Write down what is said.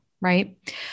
right